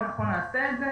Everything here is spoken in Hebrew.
אנחנו נעשה את זה,